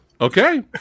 Okay